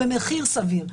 במחיר סביר,